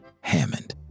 Hammond